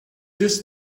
this